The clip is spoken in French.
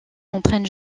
entraîne